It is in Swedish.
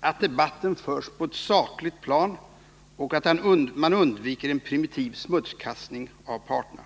att debatten förs på ett sakligt plan och att man undviker en primitiv smutskastning av parterna.